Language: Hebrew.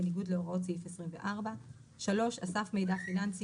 בניגוד להוראות סעיף 24. אסף מידע פיננסי,